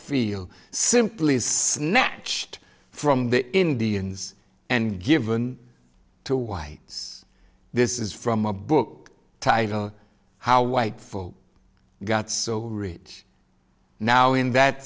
field simply snatched from the indians and given to whites this is from a book titled how white folks got so read now in that